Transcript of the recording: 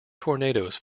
tornadoes